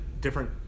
different